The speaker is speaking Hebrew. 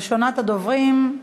ראשונת הדוברים,